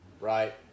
right